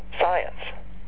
science